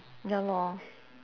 ya lor